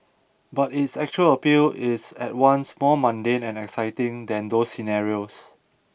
but its actual appeal is at once more mundane and exciting than those scenarios